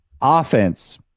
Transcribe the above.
Offense